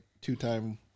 two-time